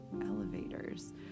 elevators